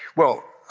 well,